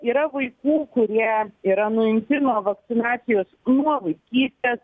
yra vaikų kurie yra nuimti nuo vakcinacijos nuo vaikystės